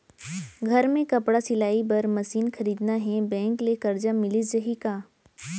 घर मे कपड़ा सिलाई बार मशीन खरीदना हे बैंक ले करजा मिलिस जाही का?